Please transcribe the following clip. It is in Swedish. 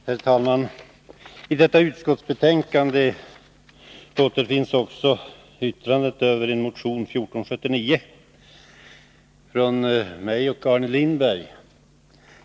Herr talman! I detta utskottsbetänkande behandlas också motion 1479 av mig och Arne Lindberg.